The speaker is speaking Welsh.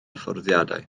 fforddiadwy